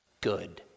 good